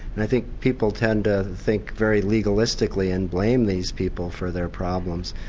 and i think people tend to think very legalistically and blame these people for their problems,